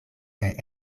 kaj